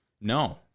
No